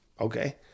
Okay